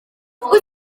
wyt